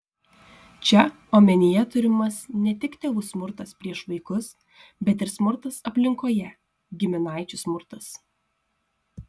čia omenyje turimas ne tik tėvų smurtas prieš vaikus bet ir smurtas aplinkoje giminaičių smurtas